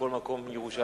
בכל מקום, בירושלים.